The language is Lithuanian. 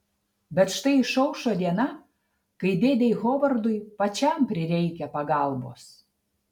bet štai išaušo diena kai dėdei hovardui pačiam prireikia pagalbos